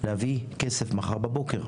להביא כסף מחר בבוקר.